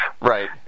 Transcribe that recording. Right